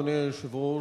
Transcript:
אדוני היושב-ראש,